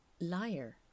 Liar